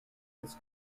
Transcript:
its